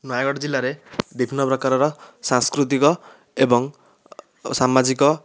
ନୟାଗଡ଼ ଜିଲ୍ଲାରେ ବିଭିନ୍ନ ପ୍ରକାରର ସାଂସ୍କୃତିକ ଏବଂ ସାମାଜିକ